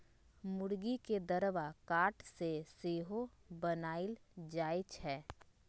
मूर्गी के दरबा काठ से सेहो बनाएल जाए छै